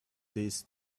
these